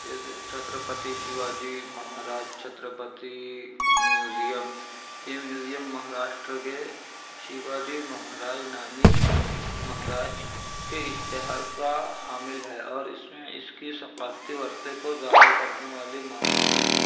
جیسے چھترپتی شیواجی مہاراج چھترپتی میوزیم یہ میوزیم مہاراشٹر کے شیواجی مہاراج نامی مہاراج کے اشتہار کا حامل ہے اور اس میں اس کی ثقافتی ورثے کو ظاہر کرنے والی معمولی